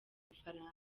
bufaransa